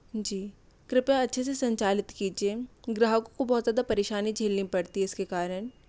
जी कृपया अच्छे से संचालित कीजिए ग्राहकों को बहुत ज़्यादा परेशानी झेलनी पड़ती है इसके कारण